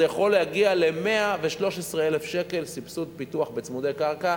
זה יכול להגיע ל-113,000 שקל סבסוד פיתוח בצמודי קרקע.